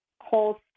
whole